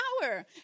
power